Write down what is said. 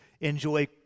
enjoy